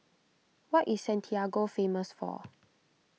what is Santiago famous for